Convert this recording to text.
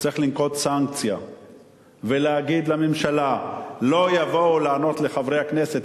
צריך לנקוט סנקציה ולהגיד לממשלה: לא יבואו לענות לחברי הכנסת,